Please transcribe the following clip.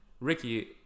Ricky